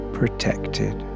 protected